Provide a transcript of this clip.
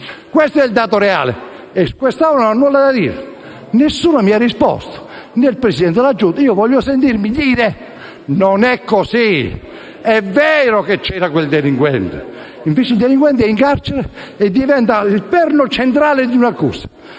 Questo è il dato reale; e su questo l'Assemblea non ha nulla da dire? Nessuno mi ha risposto, neanche il Presidente della Giunta. Voglio sentirmi dire: "Non è così; è vero che era presente quel delinquente". Invece il delinquente è in carcere e diventa il perno centrale di un'accusa.